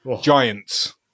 Giants